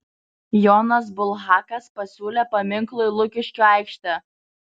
jonas bulhakas pasiūlė paminklui lukiškių aikštę